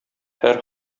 һәр